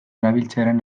erabiltzearen